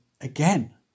again